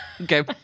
Okay